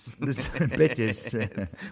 Bitches